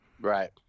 Right